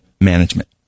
management